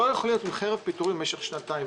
לא ייתכן שתהיה חרב פיטורים במשך שנתיים.